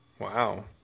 Wow